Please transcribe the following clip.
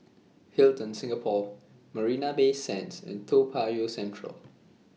Hilton Singapore Marina Bay Sands and Toa Payoh Central